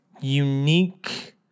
unique